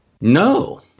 No